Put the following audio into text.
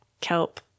kelp